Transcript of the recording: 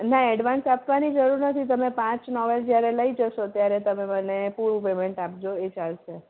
ના એડવાંસ આપવાની જરૂર નથી તમે પાંચ નોવેલ્સ જ્યારે લઇ જશો ત્યારે તમે મને પૂરું પેમેન્ટ આપજો એ ચાલશે